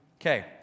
Okay